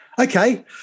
okay